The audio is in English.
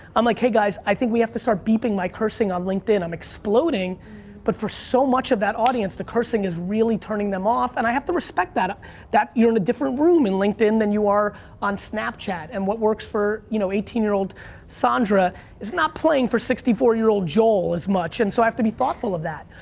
i'm like, hey guys, i think we have to start beeping my cursing on linkedin. i'm exploding but for so much of that audience, the cursing is really turning them off and i have to respect that. that you're in a different room in linkedin than you are on snapchat and what works for you know eighteen year old sandra is not playing for sixty four year old joel as much and so, i have to be thoughtful of that.